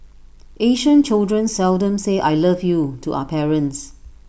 Asian children seldom say I love you to our parents